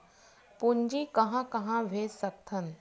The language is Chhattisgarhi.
पूंजी कहां कहा भेज सकथन?